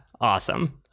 awesome